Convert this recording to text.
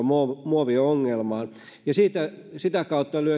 muoviongelmaan sitä kautta